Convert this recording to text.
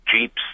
jeeps